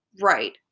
right